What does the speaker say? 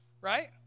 right